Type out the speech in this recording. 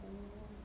oh